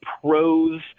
pros